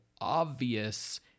obvious